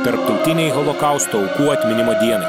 tarptautinei holokausto aukų atminimo dienai